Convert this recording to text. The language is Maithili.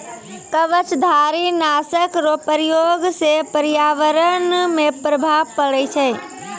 कवचधारी नाशक रो प्रयोग से प्रर्यावरण मे प्रभाव पड़ै छै